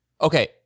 Okay